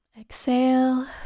exhale